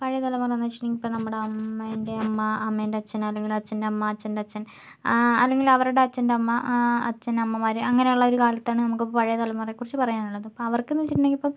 പഴയ തലമുറ എന്ന് വെച്ചിട്ടുണ്ടെങ്കിൽ നമ്മളുടെ അമ്മയുടെ അമ്മ അമ്മയുടെ അച്ഛൻ അല്ലെങ്കിൽ അച്ഛൻ്റെ അമ്മ അച്ഛൻ്റെ അച്ഛൻ ആ അല്ലെങ്കിൽ അവരുടെ അച്ഛൻ്റെ അമ്മ ആ അച്ഛൻ അമ്മമാർ അങ്ങനെയുള്ള ഒരു കാലത്താണ് നമുക്ക് പഴയ തലമുറയെക്കുറിച്ചു പറയാനുള്ളത് അപ്പം അവർക്കെന്നു വെച്ചിട്ടുണ്ടെങ്കിൽ ഇപ്പം